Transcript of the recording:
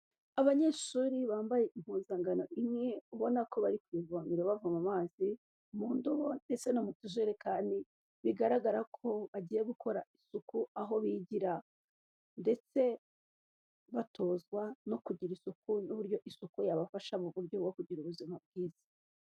Abanyeshuri bambaye impuzangano imwe ubona ko bari ku ivomere bavoma amazi mu ndobo ndetse no mu tujekani bigaragara ko bagiye gukora isuku aho bigira ndetse batozwa no kugira isuku n'uburyo isuku yabafasha mu buryo bwo kugira ubuzima bwiza.